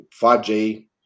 5G